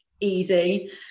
easy